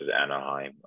Anaheim